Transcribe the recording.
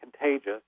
contagious